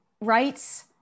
rights